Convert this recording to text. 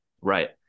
Right